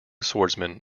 swordsman